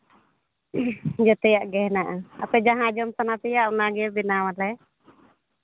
ᱡᱮᱛᱮᱭᱟᱜ ᱜᱮ ᱦᱮᱱᱟᱜᱼᱟ ᱟᱯᱮ ᱡᱟᱦᱟᱸ ᱡᱚᱢ ᱥᱟᱱᱟ ᱯᱮᱭᱟ ᱚᱱᱟᱜᱮ ᱵᱮᱱᱟᱣᱟᱞᱮ